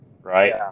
right